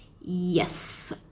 yes